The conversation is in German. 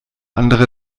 andere